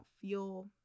feel